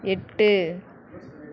எட்டு